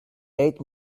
eight